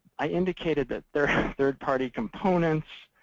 i indicated that they're third-party components